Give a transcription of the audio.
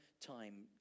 time